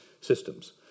systems